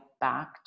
back